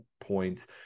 points